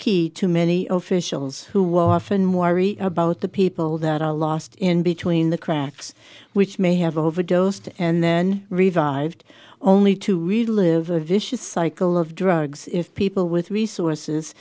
key to many oficial who were often worried about the people that are lost in between the cracks which may have overdosed and then revived only to relive a vicious cycle of drugs if people with resources